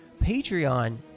Patreon